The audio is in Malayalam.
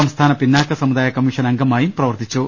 സംസ്ഥാന പിന്നാക്ക സമുദായ കമ്മിഷൻ അംഗമായും പ്രവർത്തിച്ചു